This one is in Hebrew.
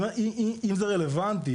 אם זה רלוונטי,